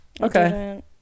Okay